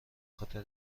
خاطر